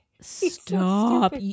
stop